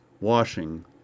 washing